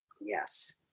Yes